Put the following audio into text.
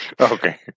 Okay